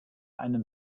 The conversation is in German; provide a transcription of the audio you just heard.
einen